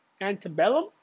Antebellum